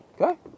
Okay